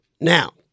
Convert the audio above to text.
Now